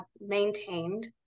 maintained